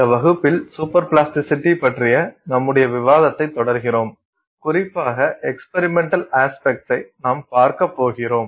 இந்த வகுப்பில் super plasticity பற்றிய நம்முடைய விவாதத்தை தொடர்கிறோம் குறிப்பாக எக்ஸ்பெரிமெண்டல் அஸ்பெக்ட்சை நாம் பார்க்கப்போறோம்